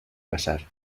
casar